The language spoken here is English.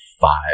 five